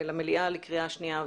נגיף הקורונה החדש),